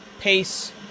pace